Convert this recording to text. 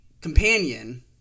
companion